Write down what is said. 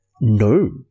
...no